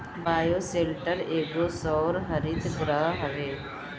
bioshelter एगो सौर हरितगृह हवे